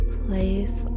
place